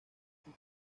sus